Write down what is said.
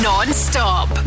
Non-stop